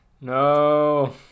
No